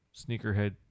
sneakerhead